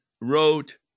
wrote